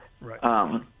Right